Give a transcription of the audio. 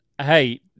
hey